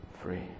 free